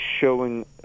showing